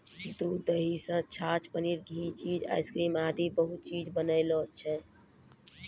दूध सॅ दही, छाछ, पनीर, घी, चीज, आइसक्रीम आदि बहुत चीज बनै छै